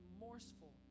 remorseful